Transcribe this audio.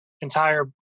entire